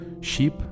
sheep